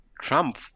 trump